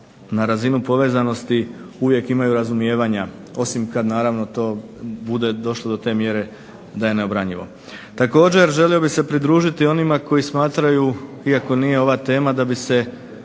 na razinu povezanosti uvijek imaju razumijevanja osim kad naravno to bude došlo do te mjere da je neobranjivo. Također, želio bih se pridružiti onima koji smatraju, iako nije ova tema, da bi se